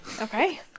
Okay